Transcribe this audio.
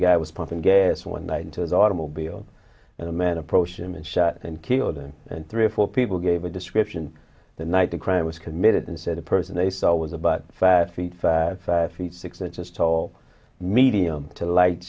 guy was pumping gas one night into the automobile and a man approached him and shot and killed him and three or four people gave a description the night the crime was committed and said a person they saw was about five feet five feet six inches tall medium to light